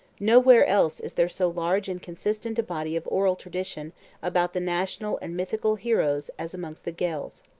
nowhere else is there so large and consistent a body of oral tradition about the national and mythical heroes as amongst the gaels.